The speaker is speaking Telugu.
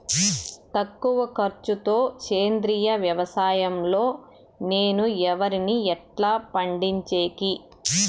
తక్కువ ఖర్చు తో సేంద్రియ వ్యవసాయం లో నేను వరిని ఎట్లా పండించేకి?